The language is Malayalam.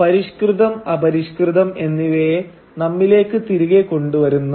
പരിഷ്കൃതം അപരിഷ്കൃതം എന്നിവയെ നമ്മിലേക്ക് തിരികെ കൊണ്ടുവരുന്നു